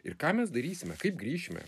ir ką mes darysime kaip grįšime